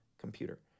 computer